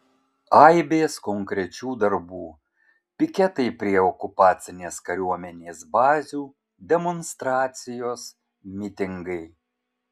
aibės konkrečių darbų piketai prie okupacinės kariuomenės bazių demonstracijos mitingai